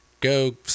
go